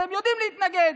אתם יודעים להתנגד.